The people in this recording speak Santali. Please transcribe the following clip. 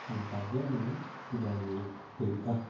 ᱚᱱᱠᱟᱜᱮ ᱢᱟᱱᱮ ᱡᱚᱢ ᱧᱩ ᱦᱩᱭᱩᱜᱼᱟ